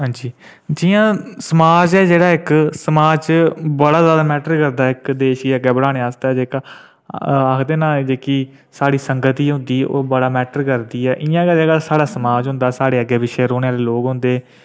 हां जी जि'यां समाज जेह्ड़ा इक समाज च बड़ा किश मैटर करदा इक देश गी अग्गें बधाने आस्तै जेह्का आखदे न जेह्की साढ़ी संगती होंदी बड़ा मैटर करदी इ'यां गै साढ़ा समाज होंदा साढ़े अग्गें पिच्छे रौह्ने आह्ले लोक होंदे